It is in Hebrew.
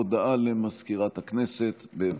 הודעה למזכירת הכנסת, בבקשה.